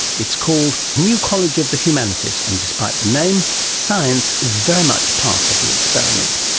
it's called new college of the humanities, and, despite the name, science is very much part of the experiment.